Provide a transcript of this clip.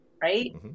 right